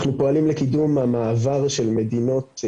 אנחנו פועלים לקידום המעבר של מדינות,